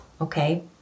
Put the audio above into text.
okay